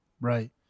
Right